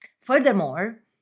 Furthermore